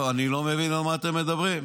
כנראה --- אני לא מבין על מה אתם מדברים.